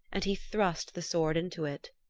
and he thrust the sword into it.